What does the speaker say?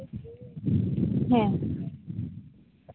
ᱦᱮᱸ